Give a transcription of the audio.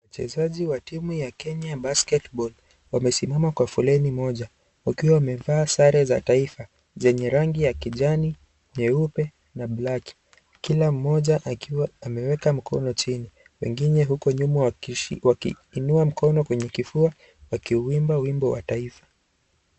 Mchezaji wa timu ya Kenya basketball . Wamesimama kwa foleni moja, wakiwa wamevaa sare za taifa zenye rangi ya kijani, nyeupe, na black kila moja akiwa ameweka mkono chini wengine huko nyuma wakishika wakiinua mkono kwenye kifua wakiimba wimbo wa taifa.